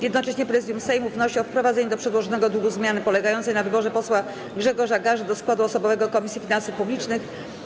Jednocześnie Prezydium Sejmu wnosi o wprowadzenie do przedłożonego druku zmiany polegającej na wyborze posła Grzegorza Gaży do składu osobowego Komisji Finansów Publicznych.